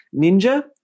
ninja